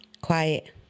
quiet